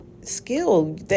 skill